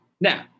Now